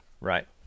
Right